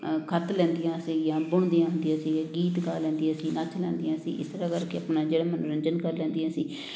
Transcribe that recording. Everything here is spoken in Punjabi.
ਕੱਤ ਲੈਂਦੀਆਂ ਸੀਗੀਆਂ ਬੁਣਦੀਆਂ ਹੁੰਦੀਆਂ ਸੀਗੀਆਂ ਗੀਤ ਗਾ ਲੈਂਦੀਆਂ ਸੀ ਨੱਚ ਲੈਂਦੀਆਂ ਸੀ ਇਸ ਤਰ੍ਹਾਂ ਕਰਕੇ ਆਪਣਾ ਜਿਹੜਾ ਮਨੋਰੰਜਨ ਕਰ ਲੈਂਦੀਆਂ ਸੀ